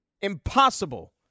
Impossible